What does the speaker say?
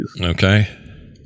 Okay